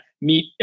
meet